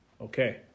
Okay